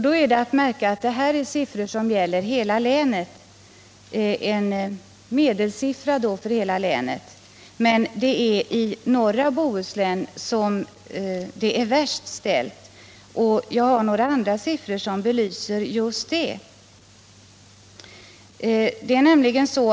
Då är att märka att detta är siffror som anger medeltal för hela länet. Det är emellertid i norra Bohuslän som situationen är svårast. Jag kan lämna några andra siffror som bevis för just det.